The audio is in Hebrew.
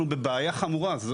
אנחנו בבעיה חמורה.